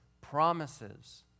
promises